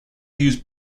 use